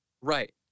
Right